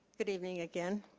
good evening again.